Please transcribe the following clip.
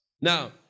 Now